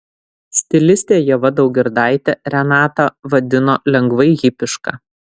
stilistė ieva daugirdaitė renatą vadino lengvai hipiška